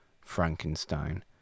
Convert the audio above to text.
Frankenstein